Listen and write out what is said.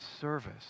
service